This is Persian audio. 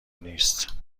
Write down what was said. نیست